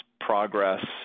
progress